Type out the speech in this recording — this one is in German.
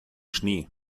schnee